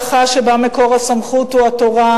אחדות סביב מדינת הלכה שבה מקור הסמכות הוא התורה,